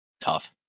Tough